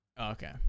okay